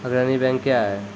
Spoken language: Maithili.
अग्रणी बैंक क्या हैं?